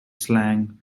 slang